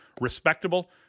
respectable